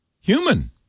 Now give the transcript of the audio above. human